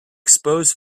expose